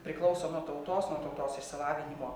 priklauso nuo tautos nuo tautos išsilavinimo